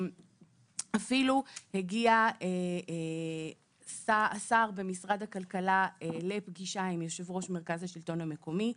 אפילו הגיע השר במשרד הכללה לפגישה עם יושב מרכז השלטון המקומי,